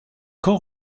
quand